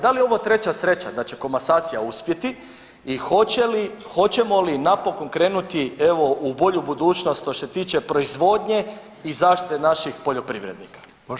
Da li je ovo treća sreća da će komasacija uspjeti i hoćemo li napokon krenuti evo u bolju budućnost što se tiče proizvodnje i zaštite naših poljoprivrednika.